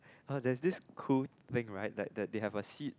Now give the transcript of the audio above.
oh there's this cool thing right they have a seed